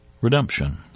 Redemption